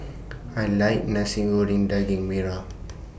I like Nasi Goreng Daging Merah